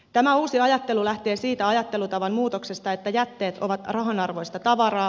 tämä uusi ajattelu lähtee siitä ajattelutavan muutoksesta että jätteet ovat rahanarvoista tavaraa